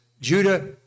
Judah